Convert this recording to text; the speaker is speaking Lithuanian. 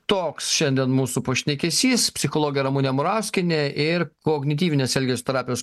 toks šiandien mūsų pašnekesys psichologė ramunė murauskienė ir kognityvinės elgesio terapijos